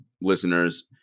listeners –